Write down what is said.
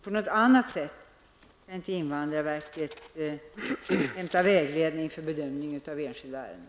På något annat sätt kan invandrarverket inte hämta vägledning för bedömning av enskilda ärenden.